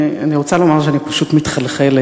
אני רוצה לומר שאני פשוט מתחלחלת.